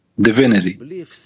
divinity